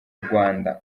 rwanda